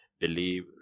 believe